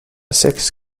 six